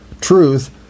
truth